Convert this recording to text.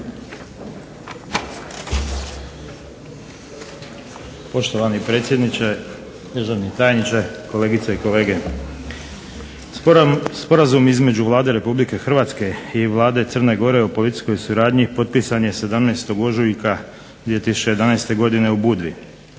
Poštovani predsjedniče, državni tajniče, kolegice i kolege. Sporazum između Vlade Republike Hrvatske i Vlade Crne Gore o policijskoj suradnji potpisan je 17. ožujka 2011. godine u Budvi.